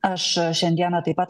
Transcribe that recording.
aš šiandieną taip pat